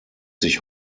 sich